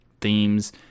themes